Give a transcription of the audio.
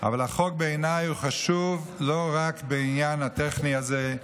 אבל החוק בעיניי הוא חשוב לא רק בעניין הטכני הזה,